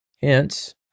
Hence